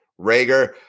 Rager